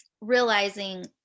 realizing